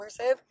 immersive